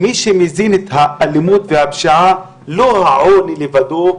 מי שמזין את האלימות והפשיעה לא העוני לבדו,